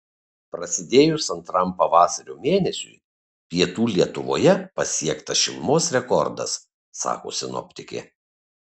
prasidėjus antram pavasario mėnesiui pietų lietuvoje pasiektas šilumos rekordas sako sinoptikė